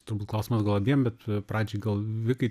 turbūt klausimas gal abiem bet pradžiai gal vikai